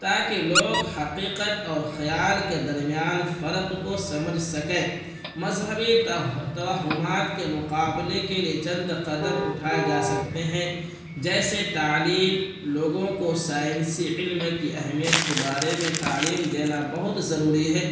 تاکہ لوگ حقیقت اور خیال کے درمیان فرق کو سمجھ سکیں مذہبی توہمات کے مقابلے کے لیے چند قدم اٹھائے جا سکتے ہیں جیسے تعلیم لوگوں کو سائنسی علم کی اہمیت کے بارے میں تعلیم دینا بہت ضروری ہے